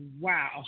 wow